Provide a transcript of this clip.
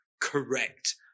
correct